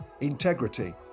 Integrity